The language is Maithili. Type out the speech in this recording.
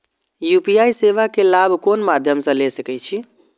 यू.पी.आई सेवा के लाभ कोन मध्यम से ले सके छी?